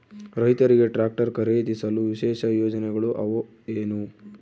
ರೈತರಿಗೆ ಟ್ರಾಕ್ಟರ್ ಖರೇದಿಸಲು ವಿಶೇಷ ಯೋಜನೆಗಳು ಅವ ಏನು?